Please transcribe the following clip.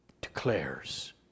declares